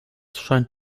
scheint